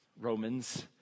Romans